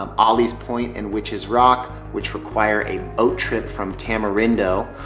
um ollie's point and witches rock which require a boat trip from tamarindo.